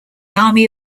army